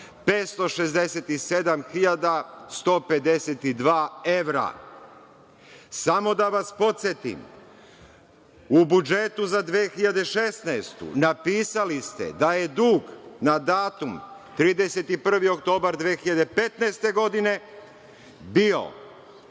152 evra.“ Samo da vas podsetim, u budžetu za 2016. godinu napisali ste da je dug na datum 31. oktobar 2015. godine bio